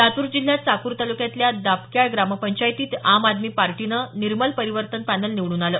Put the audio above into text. लातूर जिल्ह्यात चाकूर तालुक्यातील दापक्याळ ग्रामपंचायतीत आम आदमी पार्टीचं निर्मल परिवर्तन पॅनल निवडून आलं